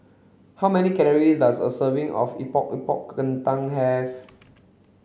how many calories does a serving of Epok epok Kentang have